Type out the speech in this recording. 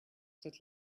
that